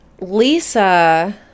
Lisa